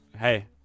Hey